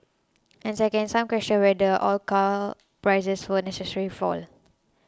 and second some question whether all car prices will necessarily fall